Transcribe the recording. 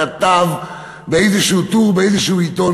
כתב באיזה טור ובאיזה עיתון,